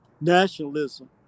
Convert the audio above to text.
nationalism